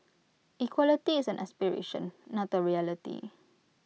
equality is an aspiration not A reality